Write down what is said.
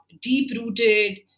deep-rooted